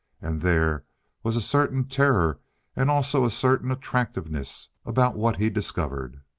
and there was a certain terror and also a certain attractiveness about what he discovered.